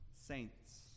saints